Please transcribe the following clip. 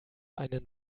einen